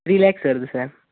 three lakhs வருது sir